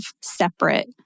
separate